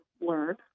learn